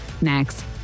next